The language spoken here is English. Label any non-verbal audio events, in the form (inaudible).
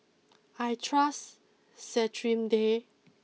(noise) I trust Cetrimide